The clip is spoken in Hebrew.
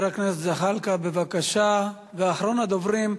הכנסת גאלב מג'אדלה שמגן על האינטרסים שלי כאן על הדוכן,